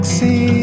see